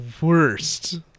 worst